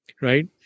right